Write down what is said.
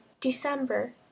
December